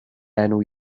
enw